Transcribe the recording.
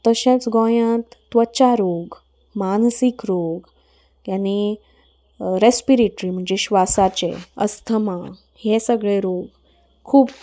तशेंच गोंयांत त्वचा रोग मानसीक रोग आनी रेस्पिरेटरी म्हणजे श्वासाचे अस्थमा हे सगळे रोग खूब